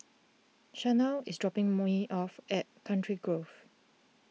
Shaunna is dropping me off at Country Grove